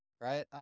Right